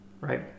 right